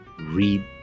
read